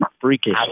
freakish